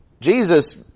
Jesus